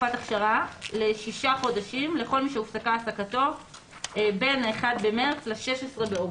תקופת אכשרה לשישה חודשים לכל מי שהופסקה העסקתו בין 1 במרס ל-16 באוגוסט.